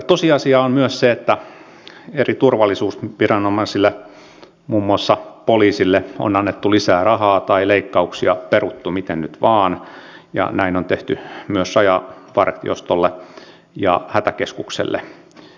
tosiasia on myös se että eri turvallisuusviranomaisille muun muassa poliisille on annettu lisää rahaa tai leikkauksia on peruttu miten nyt vain ja näin on tehty myös rajavartiostolle ja hätäkeskukselle